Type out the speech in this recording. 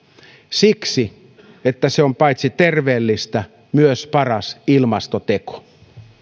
siksi että se on paitsi terveellistä myös paras ilmastoteko